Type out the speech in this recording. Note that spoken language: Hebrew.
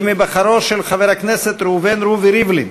עם היבחרו של חבר הכנסת ראובן רובי ריבלין